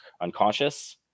unconscious